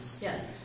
Yes